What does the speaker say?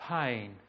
pain